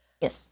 Yes